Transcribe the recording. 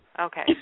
Okay